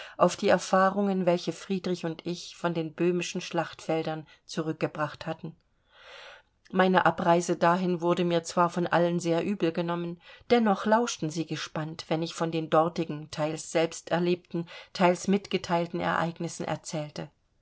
auf die erfahrungen welche friedrich und ich von den böhmischen schlachtfeldern zurückgebracht hatten meine abreise dahin wurde mir zwar von allen sehr übel genommen dennoch lauschten sie gespannt wenn ich von den dortigen teils selbsterlebten teils mitgeteilten ereignissen erzählte